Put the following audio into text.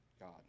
God